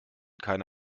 keine